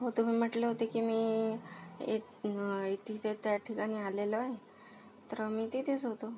हो तुम्ही म्हटले होते की मी एक एत इथं त्या ठिकाणी आलेलो आहे तर मी तिथेच होतो